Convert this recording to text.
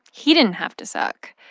he didn't have to suck.